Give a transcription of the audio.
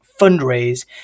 fundraise